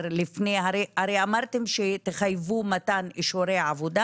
הרי אמרתם שתחייבו מתן אישורי עבודה